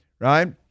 right